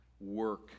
work